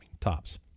tops